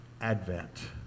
advent